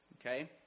okay